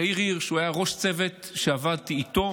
יאיר הירש, היה ראש צוות שעבדתי איתו